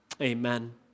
amen